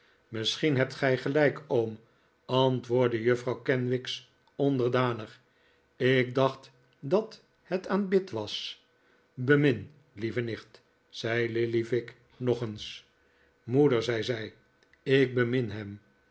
misschien hebt gij gelijk oom antwoordde juffrouw kenwigs onderdanig ik dacht dat het aanbid was bemin lieve nicht zei lillyvick nog eens moeder zei zij ik bemin hem